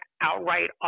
outright